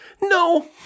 No